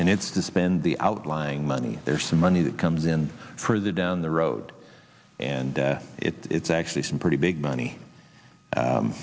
and it's to spend the outlying money there some money that comes in further down the road and it's actually some pretty big money